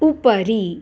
उपरि